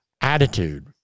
attitude